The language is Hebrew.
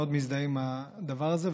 אני מאוד מזדהה עם הדבר הזה,